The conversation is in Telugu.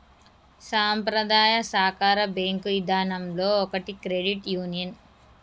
సంప్రదాయ సాకార బేంకు ఇదానంలో ఒకటి క్రెడిట్ యూనియన్